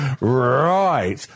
Right